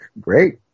great